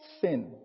Sin